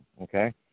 okay